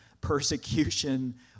persecution